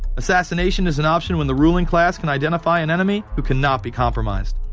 assassination is an option when the ruling class. can identify an enemy who cannot be compromised.